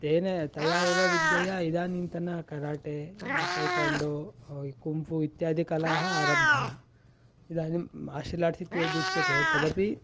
तेन तया एव विद्यया इदानीन्तनकराटे टैकाण्डो कुम्फु इत्यादिकलाः आरब्धाः इदानीं मार्शल् आर्ट्स् इति यद्युच्यते तदपि